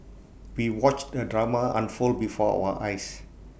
we watched the drama unfold before our eyes